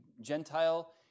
Gentile